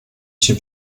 się